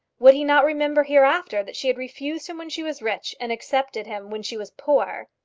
would he not remember hereafter that she had refused him when she was rich and accepted him when she was poor?